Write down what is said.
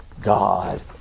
God